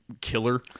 killer